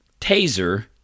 taser